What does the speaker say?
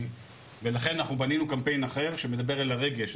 ולכן אנחנו בנינו קמפיין אחר, שמדבר אל הרגש.